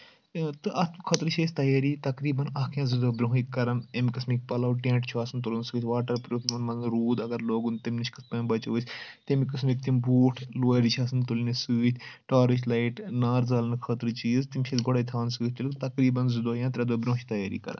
تہٕ اَتھ خٲطرٕ چھِ أسۍ تیٲری تقریٖباً اَکھ یا زٕ دۄہ برونٛہٕے کَران امہِ قٕسمٕکۍ پَلَو ٹینٛٹ چھُ آسان تُلنہٕ سۭتۍ واٹر پروٗف یِمَن منٛز نہٕ روٗد اگر لوگُن تٔمہِ نِش کِتھ پٲٹھۍ بَچو أسۍ تَمہِ قٕسمٕکۍ تِم بوٗٹھ لورِ چھِ آسان تُلنہِ سۭتۍ ٹارٕچ لایٹ نار ژالنہٕ خٲطرٕ چیٖز تِم چھِ أسۍ گۄڈَے تھاونہٕ سۭتۍ تُلان تقریٖباً زٕ دۄہ یا ترٛےٚ دۄہ برونٛہہ چھِ تیٲری کَران